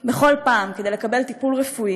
בכל פעם כדי לקבל טיפול רפואי.